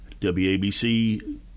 WABC